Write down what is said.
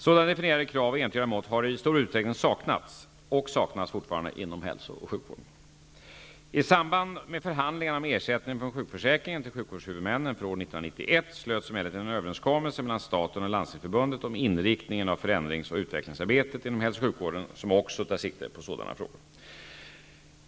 Sådana definierade krav och entydiga mått har i stor utsträckning saknats -- och saknas fortfarande -- inom hälso och sjukvården. 1991 slöts emellertid en överenskommelse mellan staten och Landstingsförbundet om inriktningen på förändrings och utvecklingsarbetet inom hälsooch sjukvården, som också tar sikte på sådana frågor.